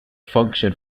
function